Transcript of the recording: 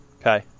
okay